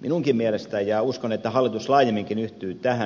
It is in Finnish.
minunkin mielestäni ja uskon että hallitus laajemminkin yhtyy tähän